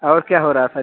और क्या हो रहा सर